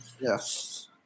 Yes